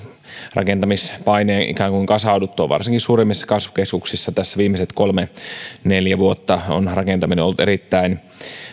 rakentamispaineen ikään kuin kasauduttua varsinkin suurimmissa kasvukeskuksissa viimeiset kolme neljä vuotta on rakentaminen ollut erittäin